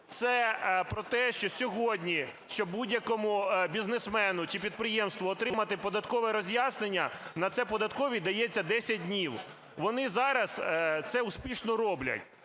Це про те, що сьогодні, щоб будь-якому бізнесмену чи підприємству отримати податкове роз'яснення, на це податковій дається 10 днів. Вони зараз це успішно роблять.